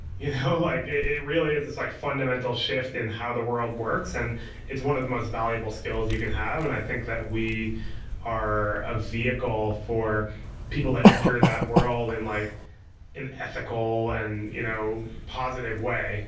you know like really is this like fundamental shift in how the world works. and it's one of the most valuable skills you can have. and i think that we are a vehicle for people that enter that world in like an ethical and you know positive way